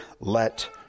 let